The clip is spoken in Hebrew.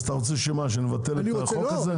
אז אתה רוצה שמה, שנבטל את החוק הזה?